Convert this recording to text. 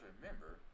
remember